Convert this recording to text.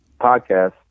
podcast